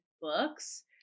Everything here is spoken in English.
books